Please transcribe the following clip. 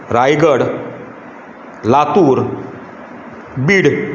Raigad Latur Beed